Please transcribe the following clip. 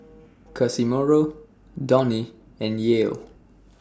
Casimiro Donny and Yael